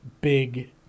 big